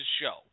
show